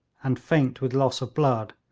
and faint with loss of blood,